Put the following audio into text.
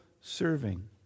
serving